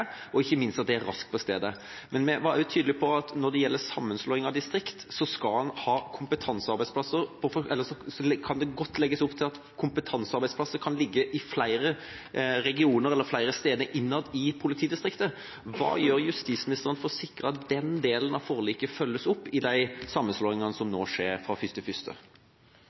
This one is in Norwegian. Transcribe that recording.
og ikke minst på å være raskt på stedet. Men vi var også tydelige på at når det gjelder sammenslåing av distrikter, så kan det godtlegges opp til at kompetansearbeidsplasser kan ligge på flere steder innad i politidistriktet. Hva gjør justisministeren for å sikre at den delen av forliket følges opp i de sammenslåingene som nå skjer fra